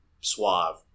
suave